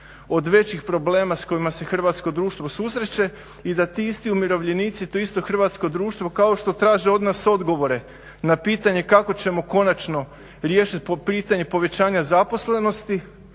od većih problema s kojima se hrvatsko društvo susreće i da ti isti umirovljenici, to isto hrvatsko društvo kao što traže od nas odgovore na pitanje kako ćemo konačno riješiti pitanje povećanja zaposlenosti,